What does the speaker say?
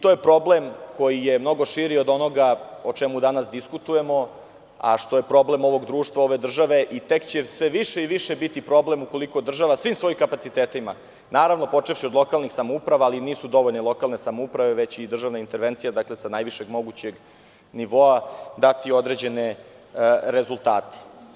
To je problem koji je mnogo širi od onoga o čemu danas diskutujemo, a što je problem ovog društva, ove države i tek će sve više i više biti problem ukoliko država svim svojim kapacitetima, počevši od lokalnih samouprava, ali nisu dovoljne samo lokalne samouprave, već i državna intervencija sa najvišeg mogućeg nivoa, dati određene rezultate.